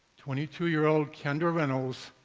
twenty two year old kendra renolds,